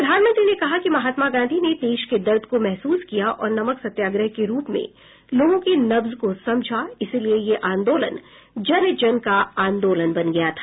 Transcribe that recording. प्रधानमंत्री ने कहा कि महात्मा गांधी ने देश के दर्द को महसूस किया और नमक सत्याग्रह के रूप में लोगों की नब्ज को समझा इसलिए वह आंदोलन जन जन का आंदोलन बन गया था